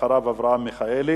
אחריו, חבר הכנסת אברהם מיכאלי,